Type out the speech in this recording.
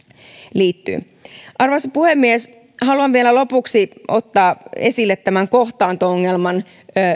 liittyy arvoisa puhemies haluan vielä lopuksi ottaa esille tämän kohtaanto ongelman